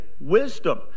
wisdom